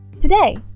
today